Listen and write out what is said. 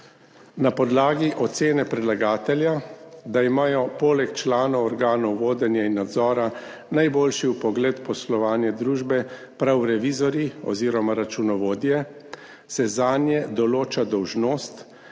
Na podlagi ocene predlagatelja, da imajo poleg članov organov vodenja in nadzora najboljši vpogled v poslovanje družbe prav revizorji oziroma računovodje, se zanje določa dolžnost,